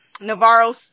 Navarro